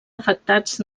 afectats